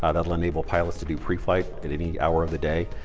ah that'll enable pilots to do preflight at any hour of the day.